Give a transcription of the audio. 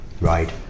right